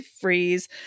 freeze